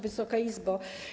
Wysoka Izbo!